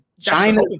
China